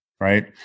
right